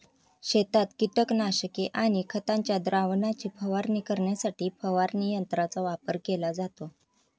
शेतात कीटकनाशके आणि खतांच्या द्रावणाची फवारणी करण्यासाठी फवारणी यंत्रांचा वापर केला जातो